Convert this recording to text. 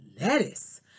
lettuce